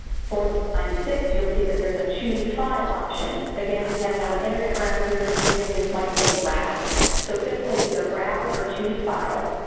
for the ninety six, you'll see that there's a choose file option again depending on what internet browser you're using this might say browse so it's gonna say either browse or choose file,